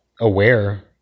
aware